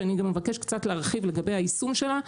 שאני גם אבקש קצת להרחיב של היישום שלה,